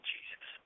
Jesus